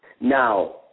Now